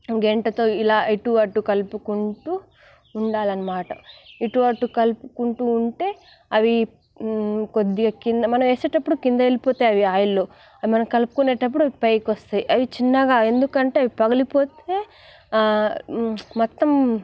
గరిటెతో ఇలా ఇటూ అటూ కలుపుకుంటూ ఉండాలన్నమాట ఇటు అటు కలుపుకుంటూ ఉంటే అవి కొద్దిగా కింద మనం వేసేటప్పుడు కింద వెళ్ళిపోతాయి అవి ఆయిల్లో అవి మనం కలుపుకునేటప్పుడు పైకి వస్తాయి అవి చిన్నగా ఎందుకంటే అవి పగిలిపోతే మొత్తం